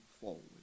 forward